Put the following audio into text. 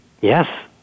Yes